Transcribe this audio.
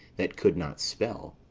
that could not spell.